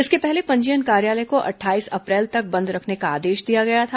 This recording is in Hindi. इसके पहले पंजीयन कार्यालय को अट्ठाईस अप्रैल तक बंद रखने का आदेश दिया गया था